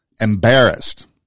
Embarrassed